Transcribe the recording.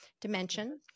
dimension